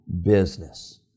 business